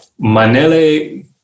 Manele